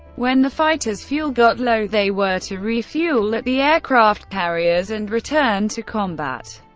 when the fighters' fuel got low they were to refuel at the aircraft carriers and return to combat.